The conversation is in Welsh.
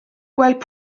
gweld